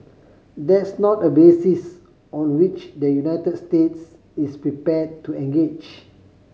that's not a basis on which the United States is prepared to engage